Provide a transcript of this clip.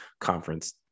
conference